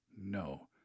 no